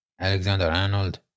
Alexander-Arnold